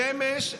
השמש,